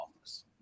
office